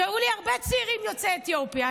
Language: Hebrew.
והיו לי הרבה צעירים יוצאי אתיופיה.